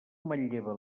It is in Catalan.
manlleva